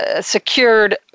secured